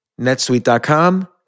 netsuite.com